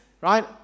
right